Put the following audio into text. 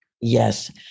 Yes